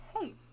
Hey